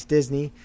Disney